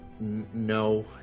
No